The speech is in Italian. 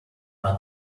una